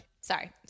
Sorry